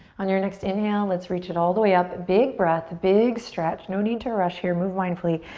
on your next inhale, let's reach it all the way up. big breath, big stretch. no need to rush here, move mindfully.